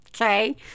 Okay